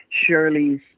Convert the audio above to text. Shirley's